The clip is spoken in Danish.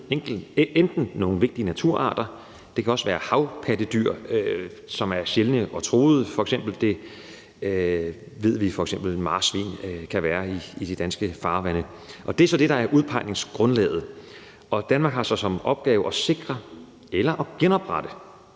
enten nogle vigtige naturtyper eller nogle havpattedyr, som er sjældne og truede. Det ved vi at f.eks. marsvin kan være i de danske farvande. Det er så det, der er udpegningsgrundlaget. Danmark har så som opgave at sikre – eller genoprette,